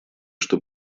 что